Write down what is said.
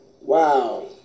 wow